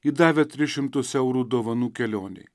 įdavę tris šimtus eurų dovanų kelionei